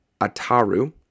Ataru